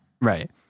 Right